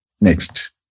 Next